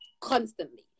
constantly